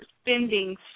spending